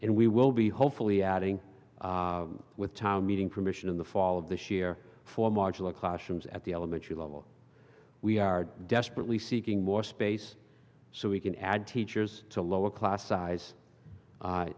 and we will be hopefully adding with town meeting permission in the fall of this year for modular classrooms at the elementary level we are desperately seeking more space so we can add teachers to lower class size